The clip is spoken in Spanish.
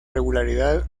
regularidad